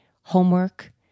homework